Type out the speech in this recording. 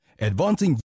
advancing